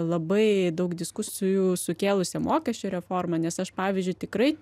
labai daug diskusijų sukėlusią mokesčių reformą nes aš pavyzdžiui tikrai